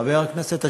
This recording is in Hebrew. חבר הכנסת אשר,